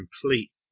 complete